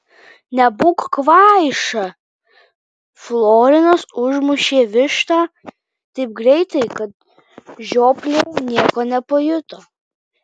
nebūk kvaiša florinas užmušė vištą taip greitai kad žioplė nieko nepajuto